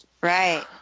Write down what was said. Right